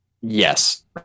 Yes